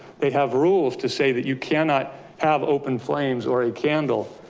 they have rules to say that you cannot have open flames or a candle.